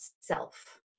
self